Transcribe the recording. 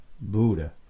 Buddha